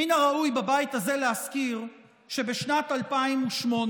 מן הראוי בבית הזה להזכיר שבשנת 2008,